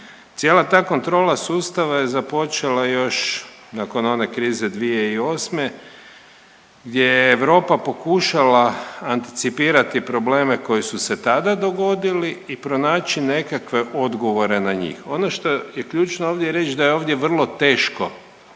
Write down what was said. Cijela ta kontrola sustava je započela još nakon one krize 2008. gdje je Europa pokušala anticipirati probleme koji su se tada dogodili i pronaći nekakve odgovore na njih. Ono što je ključno ovdje reći, da je ovdje vrlo teško